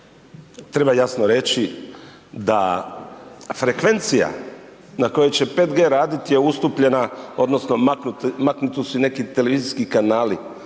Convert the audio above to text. treba jasno reći da frekvencija na kojoj će 5G raditi je ustupljena odnosno maknuti su neki televizijski kanali